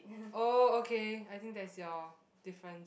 oh okay I think that is your difference